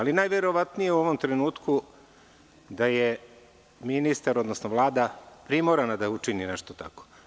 Najverovatnije u ovom trenutku da je ministar, odnosno Vlada, primorana da učini nešto tako.